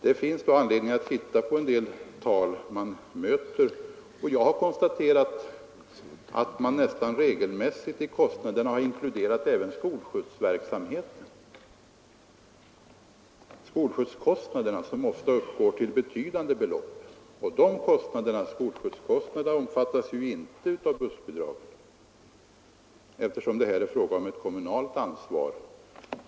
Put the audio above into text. Det finns då anledning att titta på en del av de tal man möter, och jag har konstaterat att det nästan regelmässigt i kostnaderna inkluderats även skolskjutskostnaderna, som måste uppgå till betydande belopp. Dessa kostnader omfattas inte av bussbidragen, utan det är här fråga om ett kommunalt ansvar.